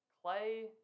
Clay